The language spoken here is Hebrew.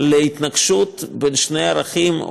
להתנגשות בין שני ערכים,